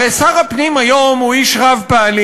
הרי שר הפנים היום הוא איש רב-פעלים,